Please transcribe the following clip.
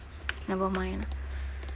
nevermind lah